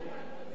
לא טוב,